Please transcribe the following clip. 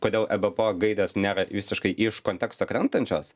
kodėl ebpo gairės nėra visiškai iš konteksto krentančios